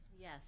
Yes